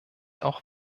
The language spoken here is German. auch